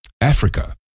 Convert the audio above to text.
Africa